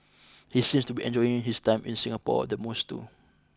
he seems to be enjoying his time in Singapore the most too